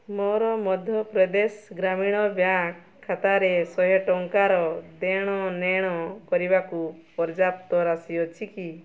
ମୋର ମଧ୍ୟପ୍ରଦେଶ ଗ୍ରାମୀଣ ବ୍ୟାଙ୍କ୍ ଖାତାରେ ଶହେ ଟଙ୍କାର ଦେଣନେଣ କରିବାକୁ ପର୍ଯ୍ୟାପ୍ତ ରାଶି ଅଛି କି